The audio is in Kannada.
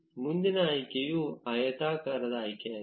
ಮುಂದಿನ ಆಯ್ಕೆಯು ಆಯತಾಕಾರದ ಆಯ್ಕೆಯಾಗಿದೆ